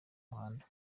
muhanda